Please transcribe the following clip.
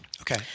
Okay